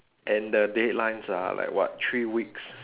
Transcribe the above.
and the deadlines are like what three weeks